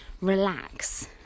relax